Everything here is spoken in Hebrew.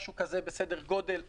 סדר גודל כזה,